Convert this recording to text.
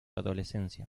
adolescencia